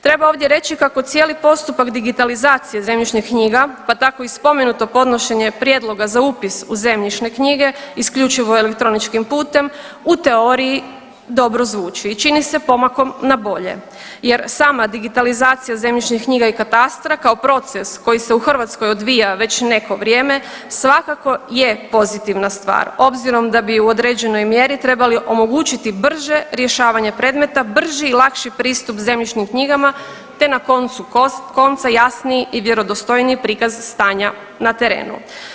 Treba ovdje reći kako cijeli postupak digitalizacije zemljišnih knjiga pa tako i spomenuto podnošenje prijedloga za upis u zemljišne knjige isključivo elektroničkim putem u teoriji dobro zvuči i čini se pomakom na bolje jer sama digitalizacija zemljišnih knjiga i katastra kao proces koji se u Hrvatskoj odvija već neko vrijeme svakako je pozitivna stvar obzirom da bi u određenoj mjeri trebali omogućiti brže rješavanje predmeta, brži i lakši pristup zemljišnim knjigama te na koncu konca jasniji i vjerodostojniji prikaz stanja na terenu.